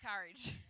courage